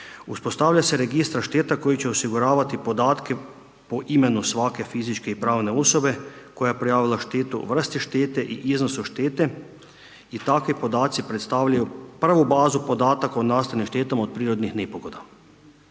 Uspostavlja se registar šteta koji će osiguravati podatke po imenu svake fizičke i pravne osobe koja je prijavila štetu, vrste štete i iznosu štete i takvi podaci predstavljaju prvu bazu podataka o nastalim štetama od prirodnih nepogoda.